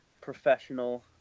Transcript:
professional